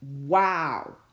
wow